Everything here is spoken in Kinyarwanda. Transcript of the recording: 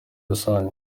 rusange